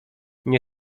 nie